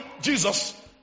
Jesus